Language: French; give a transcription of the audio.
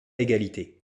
égalité